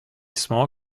small